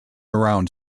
around